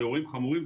באירועים חמורים,